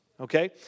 Okay